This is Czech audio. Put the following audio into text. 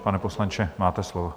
Pane poslanče, máte slovo.